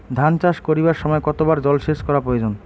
ধান চাষ করিবার সময় কতবার জলসেচ করা প্রয়োজন?